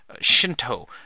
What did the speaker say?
Shinto